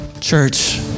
Church